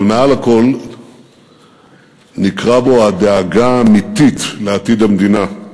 אבל מעל לכול ניכרה בו הדאגה האמיתית לעתיד המדינה,